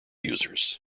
users